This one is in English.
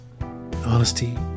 Honesty